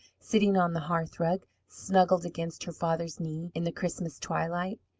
sitting on the hearth-rug, snuggled against her father's knee in the christmas twilight.